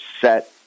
set